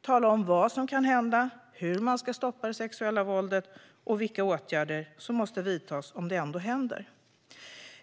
Tala om vad som kan hända, hur man ska stoppa det sexuella våldet och vilka åtgärder som måste vidtas om det ändå händer!